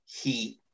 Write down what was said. heat